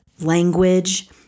language